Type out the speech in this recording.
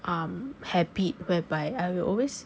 um habit whereby I will always